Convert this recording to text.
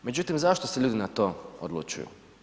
Međutim zašto se ljudi na to odlučuju?